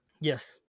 Yes